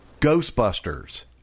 Ghostbusters